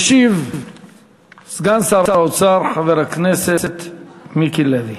ישיב סגן שר האוצר, חבר הכנסת מיקי לוי.